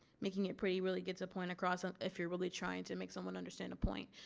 making it pretty really gets a point across if you're really trying to make someone understand a point.